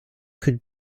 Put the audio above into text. could